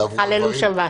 דינו --- זה אותו דין בדיוק.